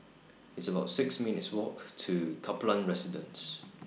It's about six minutes' Walk to Kaplan Residence